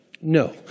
No